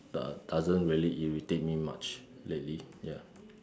does doesn't really irritate me much lately ya